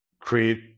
create